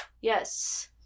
Yes